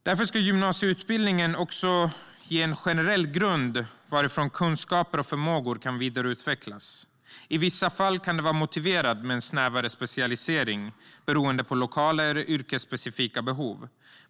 Därför ska gymnasieutbildningen också ge en generell grund varifrån kunskaper och förmågor kan vidareutvecklas. I vissa fall kan det vara motiverat med en snävare specialisering, beroende på lokala eller yrkesspecifika behov.